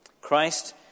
Christ